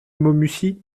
maumussy